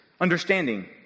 understanding